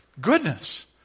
goodness